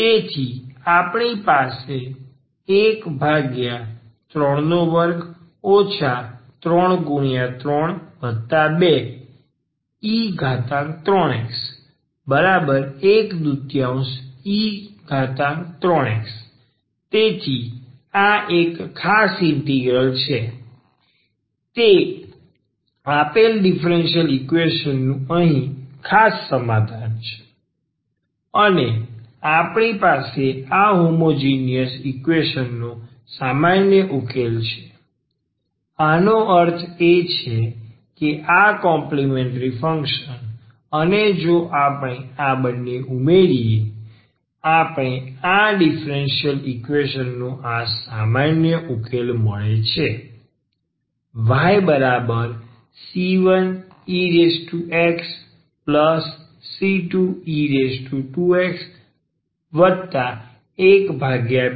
તેથી આપણી પાસે 132 3×32e3x 12e3x તેથી આ એક ખાસ ઇન્ટિગ્રલ છે તે આપેલ ડીફરન્સીયલ ઈકવેશન નું અહીં ખાસ સમાધાન છે અને આપણી પાસે આ હોમોજીનીયસ ઈકવેશન નો સામાન્ય ઉકેલ છે આનો અર્થ એ કે આ કોમ્પલિમેન્ટ્રી ફંક્શન અને જો આપણે આ બંને ઉમેરીએ આપણે આ આપેલ ડીફરન્સીયલ ઈકવેશન નો આ સામાન્ય સોલ્યુશન મળે છે